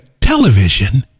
television